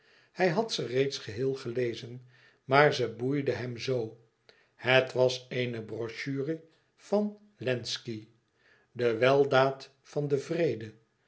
hij had ze reeds geheel gelezen maar ze boeide hem zoo het was eene brochure van wlenzci de weldaad van den vrede